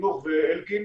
חינוך ואלקין,